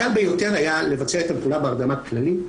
הקל ביותר היה לבצע את הפעולה בהרדמה כללית.